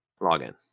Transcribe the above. login